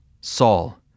Saul